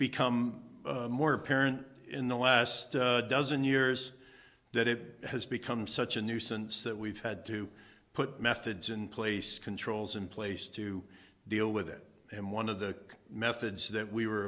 become more apparent in the last dozen years that it has become such a nuisance that we've had to put methods in place controls in place to deal with it and one of the methods that we were